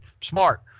smart